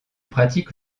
pratique